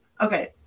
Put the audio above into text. okay